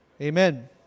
Amen